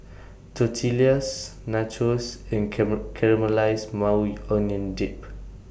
Tortillas Nachos and Caramelized Maui Onion Dip